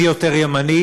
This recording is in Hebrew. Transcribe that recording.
מי יותר ימני,